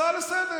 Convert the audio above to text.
הצעה לסדר-היום.